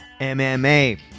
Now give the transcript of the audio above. MMA